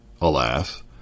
Alas